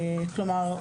כלומר,